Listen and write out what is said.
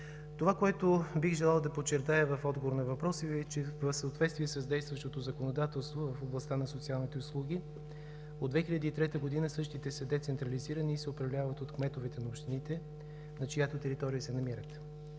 Това, което бих желал да подчертая в отговор на въпроса Ви, е, че в съответствие с действащото законодателство в областта на социалните услуги от 2003 г. същите са децентрализирани и се управляват от кметовете на общините, на чиято територия се намират.